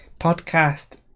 podcast